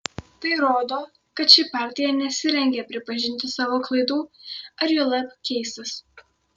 tai rodo kad ši partija nesirengia pripažinti savo klaidų ar juolab keistis